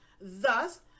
thus